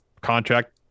contract